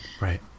Right